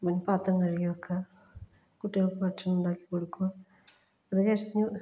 പാത്രം കഴുകി വക്കുക കുട്ടികൾക്ക് ഭക്ഷണം ഉണ്ടാക്കി കൊടുക്കുക അതൊക്കെ എപ്പോഴും